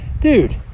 dude